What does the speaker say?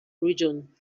region